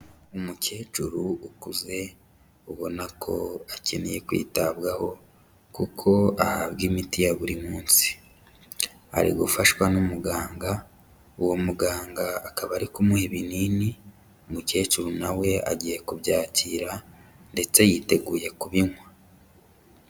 Umukecuru ukuze, ubona ko akeneye kwitabwaho kuko ahabwa imiti ya buri munsi, ari gufashwa n'umuganga, uwo muganga akaba ari kumuha ibinini, umukecuru nawe agiye kubyakira ndetse yiteguye kubinywa.